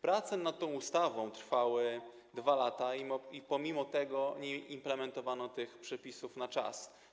Prace nad tą ustawą trwały 2 lata, a mimo to nie implementowano tych przepisów na czas.